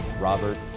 robert